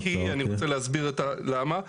למה?